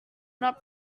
not